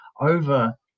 over